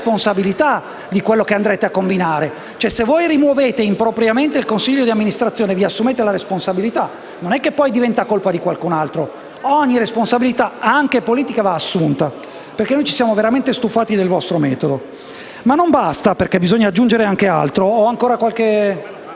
di quanto andrete a combinare. Se voi rimuovete impropriamente il consiglio di amministrazione, ve ne assumete la responsabilità. Non può poi diventare colpa di qualcun altro. Ogni responsabilità, anche politica, va assunta. Noi ci siamo veramente stufati del vostro metodo. Ma non basta, perché bisogna aggiungere anche altro. C'era di mezzo